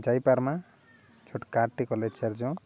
ଯାଇ ପାର୍ମା ଛୋଟ କାଟି କଲେଜ୍ ଚାର ଜଣ